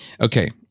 Okay